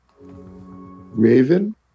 Raven